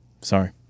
Sorry